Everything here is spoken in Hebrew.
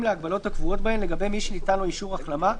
להגבלות הקבועות בהן לגבי מי שניתן לו אישור החלמה,